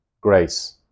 grace